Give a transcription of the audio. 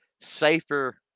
safer